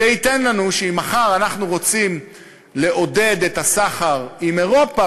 זה ייתן לנו שאם מחר אנחנו רוצים לעודד את הסחר עם אירופה,